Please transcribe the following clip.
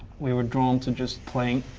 we were drawn to just playing.